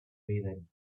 reading